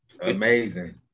Amazing